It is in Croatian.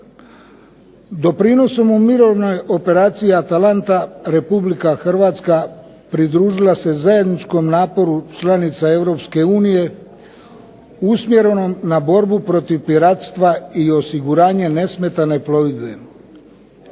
Doprinosom u mirovnoj operaciji "ATALANTA" Republika Hrvatska pridružila se zajedničkom naporu članica Europske unije usmjerenom na borbu piratstva i osiguranje nesmetane plovidbe.